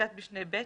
בפסקת משנה (ב),